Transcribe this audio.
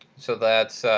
so that's